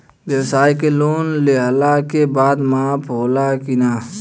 ब्यवसाय के लोन लेहला के बाद माफ़ होला की ना?